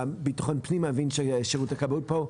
ביטחון פנים אני מבין ששירות הכאבות פה,